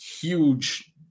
huge